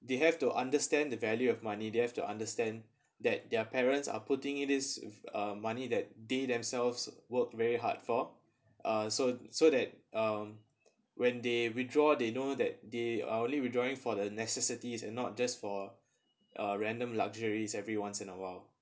they have to understand the value of money they have to understand that their parents are putting it is if uh money that they themselves work very hard for uh so so that um when they withdraw they know that they uh only withdrawing for the necessities and not just for a random luxuries every once in a while